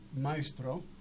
Maestro